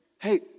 hey